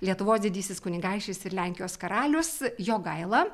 lietuvos didysis kunigaikštis ir lenkijos karalius jogaila